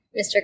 Mr